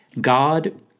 God